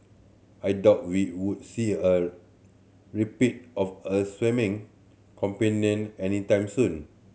I doubt we would see a repeat of a swimming any time soon